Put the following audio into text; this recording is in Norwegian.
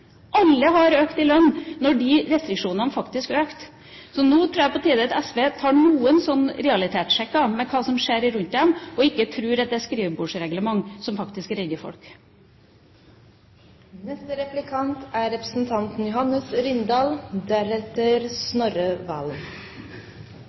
alle har økt i lønn. Alle har økt i lønn når de restriksjonene faktisk ble opphevet. Nå tror jeg det er på tide at SV tar noen realitetssjekker på hva som skjer rundt dem, og ikke tror at det er skrivebordsreglement som faktisk redder folk. Representanten